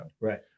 right